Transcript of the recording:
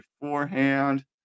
beforehand